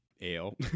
ale